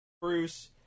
Bruce